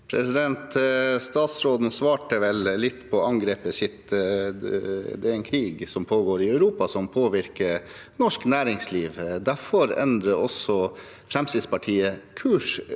Statsråden svarte vel litt på angrepet sitt: Det er en krig som pågår i Europa som påvirker norsk næringsliv. Derfor endrer også Fremskrittspartiet kurs